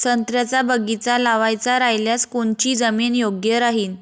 संत्र्याचा बगीचा लावायचा रायल्यास कोनची जमीन योग्य राहीन?